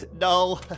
No